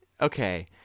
okay